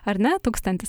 ar ne tūkstantis